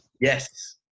Yes